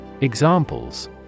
Examples